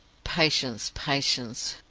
patience! patience!